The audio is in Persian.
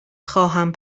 خواهم